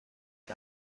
发展